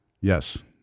Yes